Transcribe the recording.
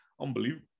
unbelievable